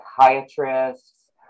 psychiatrists